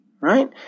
Right